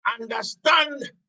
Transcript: understand